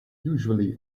usually